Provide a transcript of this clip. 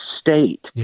state